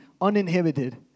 uninhibited